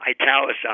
italicize